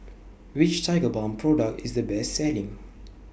Which Tigerbalm Product IS The Best Selling